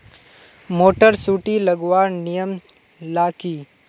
Motor सुटी लगवार नियम ला की?